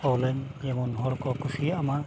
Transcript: ᱚᱞᱟᱹᱧ ᱡᱮᱢᱚᱱ ᱦᱚᱲ ᱠᱚ ᱠᱩᱥᱤᱭᱟᱜ ᱢᱟ